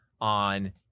on